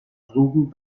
trugen